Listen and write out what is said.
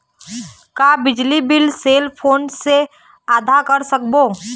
का बिजली bill cell phone से आदा कर सकबो?